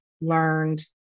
learned